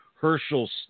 Herschel's